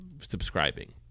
subscribing